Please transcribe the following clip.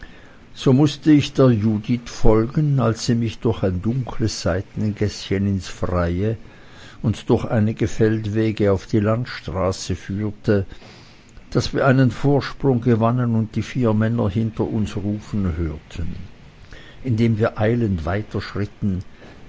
so mußte ich der judith folgen als sie mich durch ein dunkles seitengäßchen ins freie und durch einige feldwege auf die landstraße führte daß wir einen vorsprung gewannen und die vier männer hinter uns rufen hörten indem wir eilend